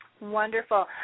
Wonderful